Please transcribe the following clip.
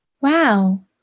Wow